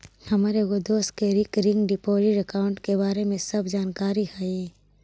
हमर एगो दोस्त के रिकरिंग डिपॉजिट अकाउंट के बारे में सब जानकारी हई